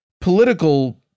political